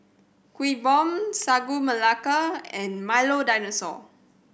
Kuih Bom Sagu Melaka and Milo Dinosaur